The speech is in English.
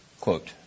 Quote